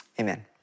Amen